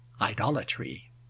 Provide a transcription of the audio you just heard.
idolatry